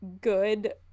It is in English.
good